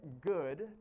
good